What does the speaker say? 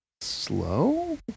Slow